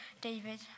David